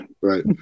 right